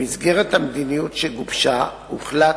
במסגרת המדיניות שגובשה הוחלט,